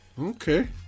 okay